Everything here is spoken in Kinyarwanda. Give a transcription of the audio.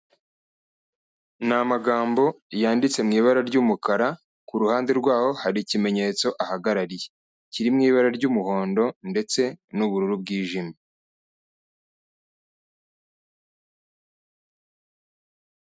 Ni amagambo yanditse mu ibara ry'umukara, ku ruhande rwaho hari ikimenyetso ahagarariye kiri mu ibara ry'umuhondo ndetse n'ubururu bwijimye.